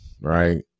right